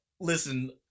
Listen